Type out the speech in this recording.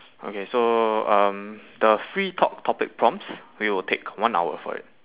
okay so um the free talk topic prompts we will take one hour for it